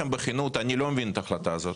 בכנות, אני לא מבין את ההחלטה הזו.